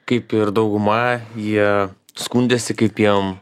kaip ir dauguma jie skundėsi kaip jam